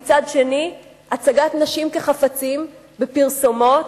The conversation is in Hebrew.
ומצד שני הצגת נשים כחפצים בפרסומות,